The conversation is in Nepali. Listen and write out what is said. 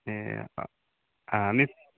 ए हामी